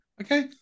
okay